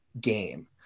game